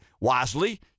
wisely